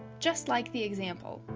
just like the example,